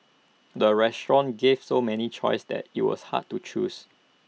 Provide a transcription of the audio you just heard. the restaurant gave so many choices that IT was hard to choose